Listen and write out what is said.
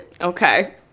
Okay